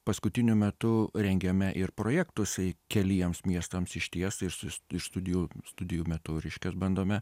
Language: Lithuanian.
paskutiniu metu rengiame ir projektus jei keliems miestams išties ir iš iš studijų studijų metu reiškias bandome